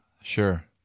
Sure